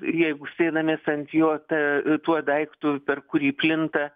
jeigu sėdamės ant jo ta tuo daiktu per kurį plinta